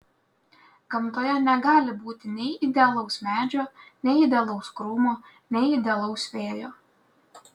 gamtoje negali būti nei idealaus medžio nei idealaus krūmo nei idealaus vėjo